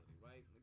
right